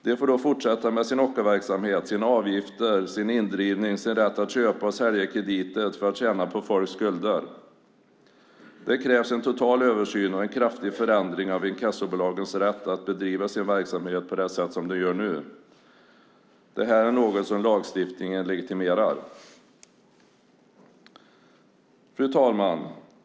De får då fortsätta med sin ockerverksamhet, sina avgifter, sin indrivning och sin rätt att köpa och sälja krediter för att tjäna på folks skulder. Det krävs en total översyn och en kraftig förändring av inkassobolagens rätt att bedriva sin verksamhet på det sätt som de gör nu. Det här är något som lagstiftningen legitimerar. Fru talman!